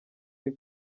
iri